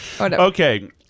Okay